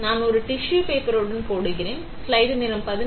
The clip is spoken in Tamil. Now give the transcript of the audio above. எனவே டிஷ்யூ பேப்பருடன் மட்டும் போடுகிறேன் சரி